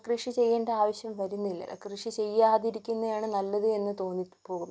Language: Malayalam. കൃഷി ചെയ്യേണ്ട ആവശ്യം വരുന്നില്ല കൃഷി ചെയ്യാതിരിക്കുന്നയാണ് നല്ലത് എന്ന് തോന്നിപ്പോകും